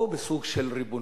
או בסוג של ריבונות.